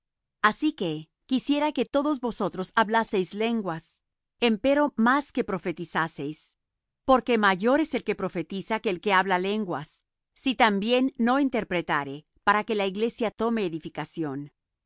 así que quisiera que todos vosotros hablaseis lenguas empero más que profetizaseis porque mayor es el que profetiza que el que habla lenguas si también no interpretare para que la iglesia tome edificación